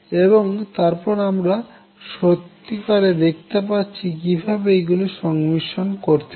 এবং তারপর আমরা সত্যি কারে দেখতে পাচ্ছি যে কিভাবে এগুলি সংমিশ্রন করতে হয়